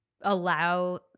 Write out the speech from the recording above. allow